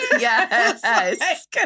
Yes